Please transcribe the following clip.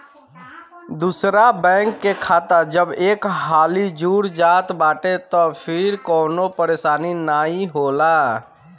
दूसरा बैंक के खाता जब एक हाली जुड़ जात बाटे तअ फिर कवनो परेशानी नाइ होला